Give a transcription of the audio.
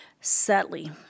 Sadly